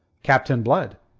captain blood.